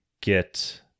get